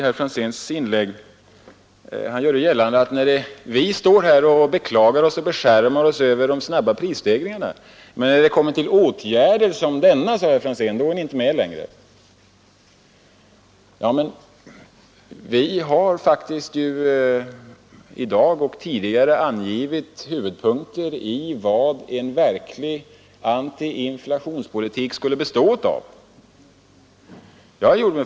Herr Franzén vill göra gällande att vi står här och beklagar oss över de snabba prishöjningarna men att vi när det blir fråga om åtgärder som denna inte är med längre. Vi har faktiskt i dag och även tidigare angivit huvudpunkterna i vad en verklig antiinflationspolitik skulle bestå av.